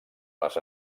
les